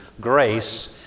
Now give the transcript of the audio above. grace